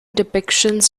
depictions